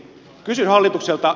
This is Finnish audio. kysyn hallitukselta